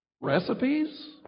Recipes